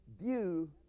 view